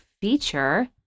feature